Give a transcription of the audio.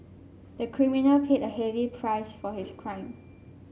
the criminal paid a heavy price for his crime